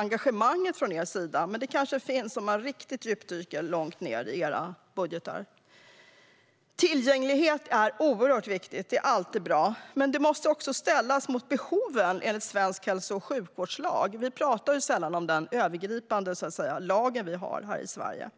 engagemanget från er sida, men det kanske man ser om man dyker långt ned i era budgetar. Tillgänglighet är oerhört viktigt - det är alltid bra. Men det måste ställas mot behoven enligt svensk hälso och sjukvårdslag. Vi pratar sällan om den övergripande lag som vi har här i Sverige.